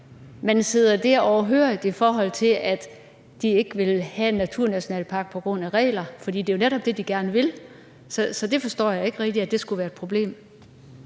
man sidder det overhørigt og siger, at de ikke vil have en naturnationalpark på grund af regler, for det er jo netop det, de gerne vil. Så det forstår jeg ikke rigtig skulle være et problem.